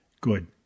Good